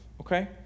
okay